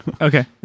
Okay